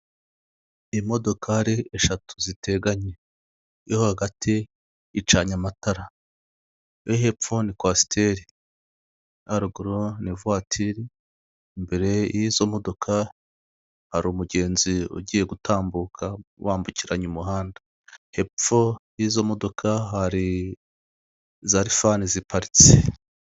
Imodokari eshatu ziteganye, iyo hagati icanye amatara, iyo hepfo ni kwasiteri, iyo haruguru ni ivatiri, imbere y'izo modoka, hari umugenzi ugiye gutambuka wambukiranya umuhanda, hepfo y'izo modoka hari za lifani ziparitse.